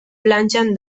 plantxan